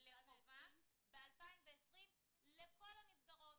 ב-2020 לכל המסגרות,